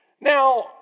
Now